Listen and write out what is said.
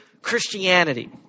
Christianity